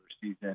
season